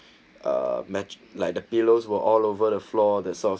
a match like the pillows were all over the floor the soft